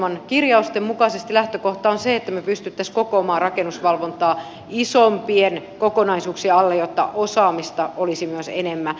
hallitusohjelman kirjausten mukaisesti lähtökohta on se että me pystyisimme kokoamaan rakennusvalvontaa isompien kokonaisuuksien alle jotta myös osaamista olisi enemmän